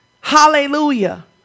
Hallelujah